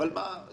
מה המטרה שלו.